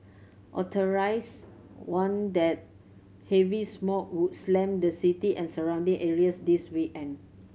warned that heavy smog would slam the city and surrounding areas this weekend